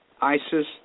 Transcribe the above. ISIS